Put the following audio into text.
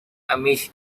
amish